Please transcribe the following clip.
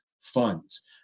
funds